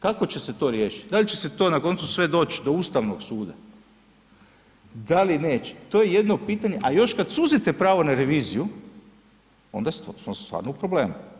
Kako će se to riješiti, da li će se to na koncu sve doći do Ustavnog suda, da li neće to je jedno pitanje, a još kad suzite pravo na reviziju onda smo stvarno u problemu.